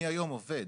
אני היום עובד,